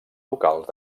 locals